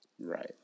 right